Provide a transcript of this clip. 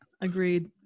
agreed